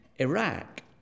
Iraq